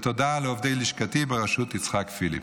ותודה לעובדי לשכתי בראשות יצחק פיליפ.